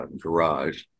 garage